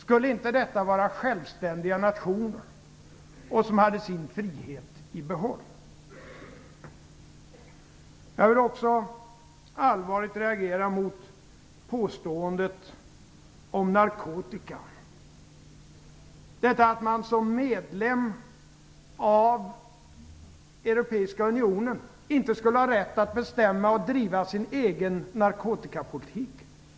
Skulle inte detta vara självständiga nationer som har sin frihet i behåll? Jag vill också allvarligt reagera mot påståendet om narkotikan, att man som medlem av Europeiska unionen inte skulle ha rätt att bestämma och driva sin egen narkotikapolitik.